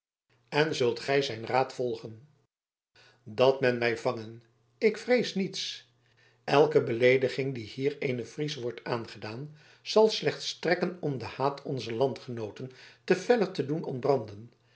en zult gij zijn raad volgen dat men mij vange ik vrees niets elke beleediging die hier eenen fries wordt aangedaan zal slechts strekken om den haat onzer landgenooten te feller te doen ontbranden